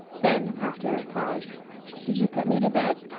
then, after a pause did you put me to bed?